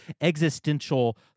existential